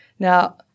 Now